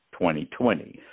2020